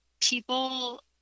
people